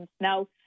now